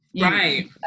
Right